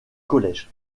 college